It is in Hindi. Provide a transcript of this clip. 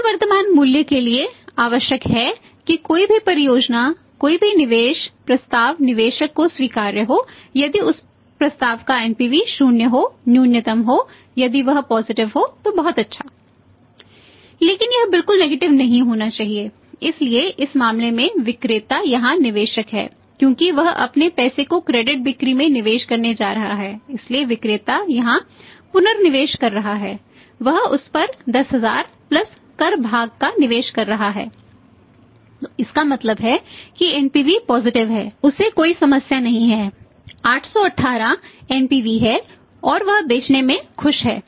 शुद्ध वर्तमान मूल्य के लिए आवश्यक है कि कोई भी परियोजना कोई भी निवेश प्रस्ताव निवेशक को स्वीकार्य हो यदि उस प्रस्ताव का एनपीवी है